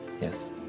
Yes